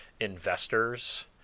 investors